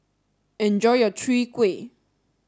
enjoy your Chwee Kueh